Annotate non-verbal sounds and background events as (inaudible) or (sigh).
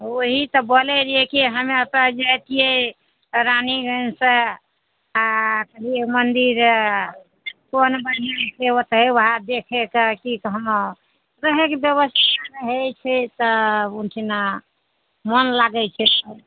वएह तऽ बोलै रहिए कि हमे एतएसे जएतिए रानीगञ्जसे आओर देखतिए मन्दिर कोन बढ़िआँ छै ओतहि वएह देखैके कि (unintelligible) रहैके बेबस्था रहै छै तब ओहिठिना मोन लागै छै